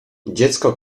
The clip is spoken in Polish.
dziecko